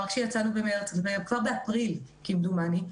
כבר באפריל כמדומני,